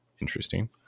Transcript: interesting